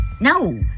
No